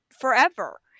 forever